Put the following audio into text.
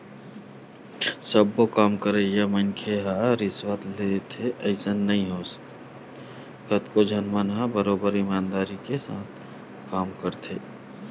सबे काम करइया मनखे ह रिस्वत लेथे अइसन नइ हे कतको झन मन ह बरोबर ईमानदारी के संग काम करथे